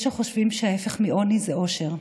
יש שחושבים שההפך מעוני זה עושר,